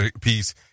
piece